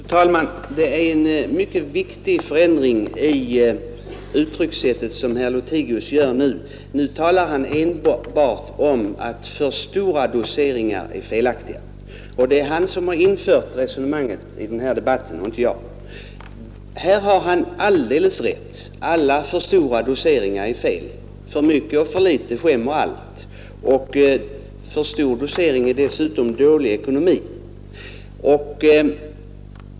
Fru talman! Det är en mycket viktig förändring i uttryckssättet som herr Lothigius gör. Nu talar han enbart om att för stora doseringar är felaktiga. Det är han som har infört detta resonemang i debatten och inte jag. Här har han alldeles rätt. Alla för stora doseringar är felaktiga — för mycket och för litet skämmer allt. För stor dosering är dessutom dålig ekonomi.